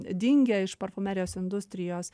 dingę iš parfumerijos industrijos